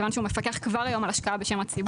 מכיוון שכבר היום היא מפקחת על השקעה בשם הציבור.